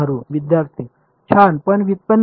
विद्यार्थी छान पण व्युत्पन्न काय